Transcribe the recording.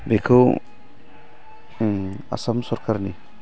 बेखौ आसाम सरखारनि